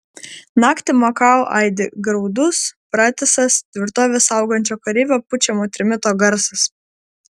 naktį makao aidi graudus pratisas tvirtovę saugančio kareivio pučiamo trimito garsas